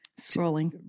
Scrolling